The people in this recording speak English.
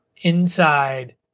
inside